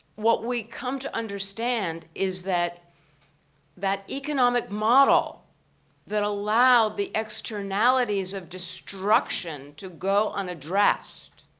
what we come to understand is that that economic model that allowed the externalities of destruction to go unaddressed